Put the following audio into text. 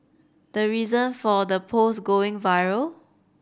the reason for the post going viral